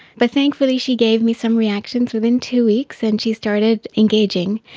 but thankfully she gave me some reactions within two weeks and she started engaging,